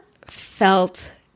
felt